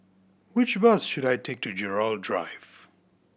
which bus should I take to Gerald Drive